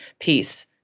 peace